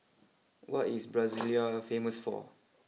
what is Brasilia famous for